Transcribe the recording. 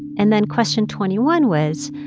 and then question twenty one was,